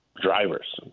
drivers